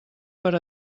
per